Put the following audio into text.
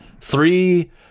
three